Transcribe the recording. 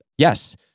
Yes